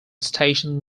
station